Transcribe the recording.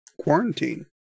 quarantine